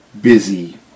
busy